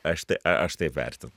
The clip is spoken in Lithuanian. aš tai aš taip vertinu